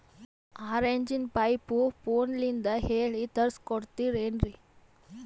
ಆರಿಂಚಿನ ಪೈಪು ಫೋನಲಿಂದ ಹೇಳಿ ತರ್ಸ ಕೊಡ್ತಿರೇನ್ರಿ?